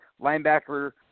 linebacker